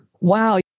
Wow